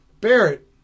Barrett